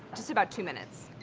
just about two minutes.